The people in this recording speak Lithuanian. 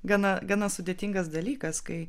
gana gana sudėtingas dalykas kai